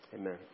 amen